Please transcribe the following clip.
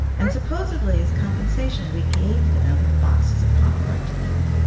and, supposedly, as compensation, we gave them boxes of popcorn to eat.